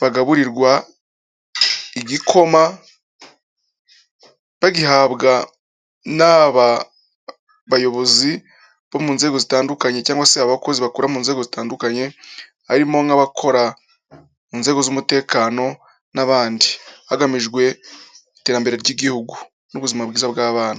bagaburirwa igikoma, bagihabwa n'aba bayobozi bo mu nzego zitandukanye cyangwa se abakozi bakora mu nzego zitandukanye, harimo nk'abakora mu nzego z'umutekano n'abandi, hagamijwe iterambere ry'igihugu, n'ubuzima bwiza bw'abana.